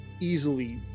easily